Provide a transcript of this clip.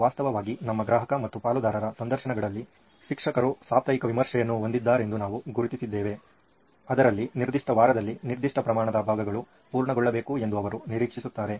ವಾಸ್ತವವಾಗಿ ನಮ್ಮ ಗ್ರಾಹಕ ಮತ್ತು ಪಾಲುದಾರರ ಸಂದರ್ಶನಗಳಲ್ಲಿ ಶಿಕ್ಷಕರು ಸಾಪ್ತಾಹಿಕ ವಿಮರ್ಶೆಯನ್ನು ಹೊಂದಿದ್ದಾರೆಂದು ನಾವು ಗುರುತಿಸಿದ್ದೇವೆ ಅದರಲ್ಲಿ ನಿರ್ದಿಷ್ಟ ವಾರದಲ್ಲಿ ನಿರ್ದಿಷ್ಟ ಪ್ರಮಾಣದ ಭಾಗಗಳು ಪೂರ್ಣಗೊಳ್ಳಬೇಕು ಎಂದು ಅವರು ನಿರೀಕ್ಷಿಸುತ್ತಾರೆ